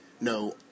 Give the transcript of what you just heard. no